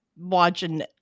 watching